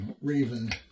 raven